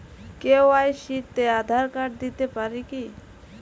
KYC তে Aadhaar card দিতে পারি কি?